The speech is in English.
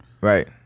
right